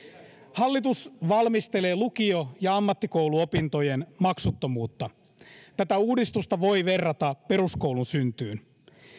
hallitus valmistelee lukio ja ammattikouluopintojen maksuttomuutta tätä uudistusta voi verrata peruskoulun syntyyn